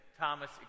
Thomas